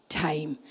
time